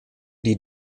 die